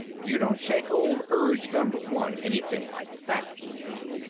you don't shake old urge number one anything like that easy.